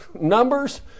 Numbers